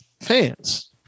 fans